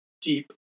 deep